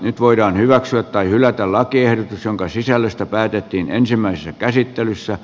nyt voidaan hyväksyä tai hylätä lakiehdotus jonka sisällöstä päätettiin ensimmäisessä käsittelyssä